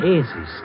Easy